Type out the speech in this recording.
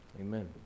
Amen